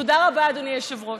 תודה רבה, אדוני היושב-ראש.